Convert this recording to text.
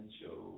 show